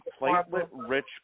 platelet-rich